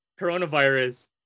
coronavirus